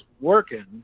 working